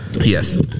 Yes